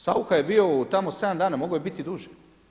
Saucha je bio tamo 7 dana, mogao je biti i duže.